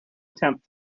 attempt